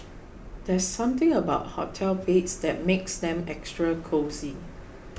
there's something about hotel beds that makes them extra cosy